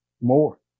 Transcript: more